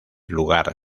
lugar